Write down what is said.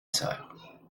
sœur